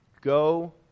go